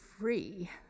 free